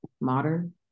modern